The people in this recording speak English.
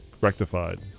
rectified